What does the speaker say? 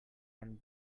and